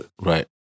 Right